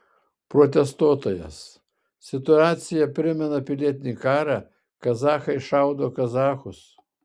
protestuotojas situacija primena pilietinį karą kazachai šaudo kazachus